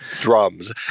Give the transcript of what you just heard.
drums